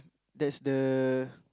that's the